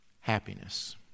happiness